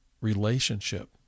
relationship